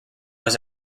was